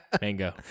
Mango